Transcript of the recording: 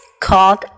called